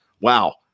Wow